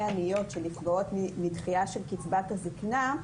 עניות שנפגעות מדחייה של קצבת הזקנה,